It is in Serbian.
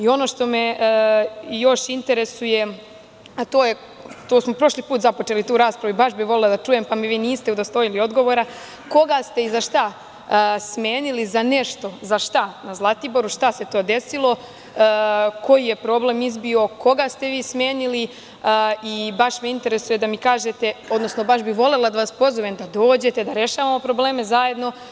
Ono što me još interesuje, a prošli put smo započeli tu raspravu, baš bi volela da čujem pa me vi niste udostojili odgovora, koga ste i za šta smenili za nešto, za šta na Zlatiboru, šta se to desilo, koji je problem izbio, koga ste vi smenili, a i baš me interesuje da mi kažete, odnosno baš bih volela da vas pozovem da dođete da rešavamo probleme zajedno.